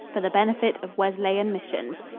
for the benefit of wesleyan missions.